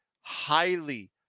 highly